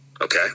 Okay